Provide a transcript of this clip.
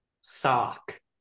Sock